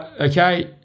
okay